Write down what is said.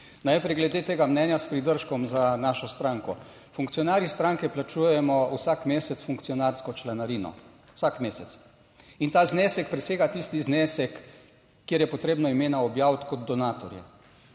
Najprej glede tega mnenja s pridržkom za našo stranko. Funkcionarji stranke plačujemo vsak mesec funkcionarsko članarino vsak mesec in ta znesek presega tisti znesek, kjer je potrebno imena objaviti kot donatorje.